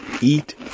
eat